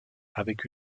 avec